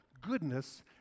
goodness